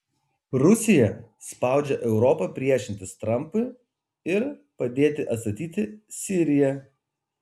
rusija spaudžia europą priešintis trampui ir padėti atstatyti siriją